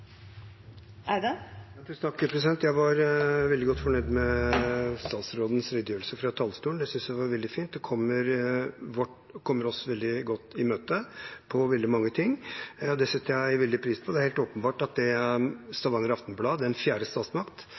veldig godt fornøyd med statsrådens redegjørelse fra talerstolen. Jeg synes den var veldig fin, og den kommer oss veldig godt i møte på mange ting. Det setter jeg stor pris på. Det er helt åpenbart at det Stavanger Aftenblad, den fjerde statsmakt,